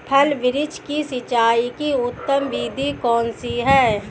फल वृक्ष की सिंचाई की उत्तम विधि कौन सी है?